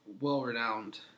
well-renowned